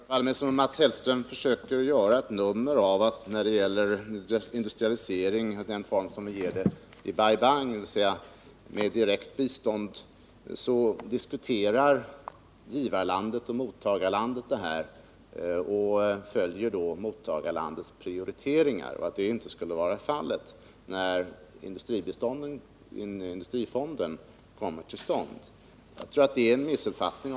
Herr talman! Det förefaller som om Mats Hellström försöker göra ett nummer av att när det gäller industrialisering i den form som vi ser den i Bai Bang, dvs. med direkt bistånd, så diskuterar givarlandet och mottagarlandet den, och givarlandet följer då mottagarlandets prioriteringar, men att det inte skulle vara fallet när industrifonden kommer till stånd. Jag tror att detta är en missuppfattning.